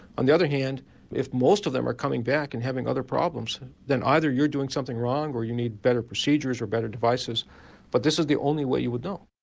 on the other hand if most of them are coming back and having other problems then either you're doing something wrong, or you need better procedures or better devices but this is the only way you would know.